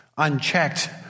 Unchecked